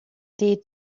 dead